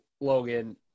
Logan